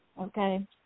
okay